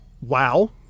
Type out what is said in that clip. wow